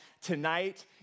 Tonight